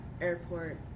airport